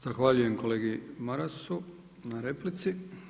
Zahvaljujem kolegi Marasu na replici.